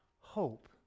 hope